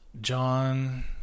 John